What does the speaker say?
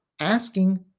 asking